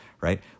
right